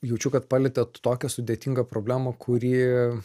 jaučiu kad palietėt tokią sudėtingą problemą kuri